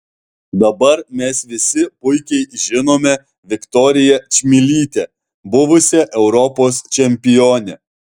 dabar mes visi puikiai žinome viktoriją čmilytę buvusią europos čempionę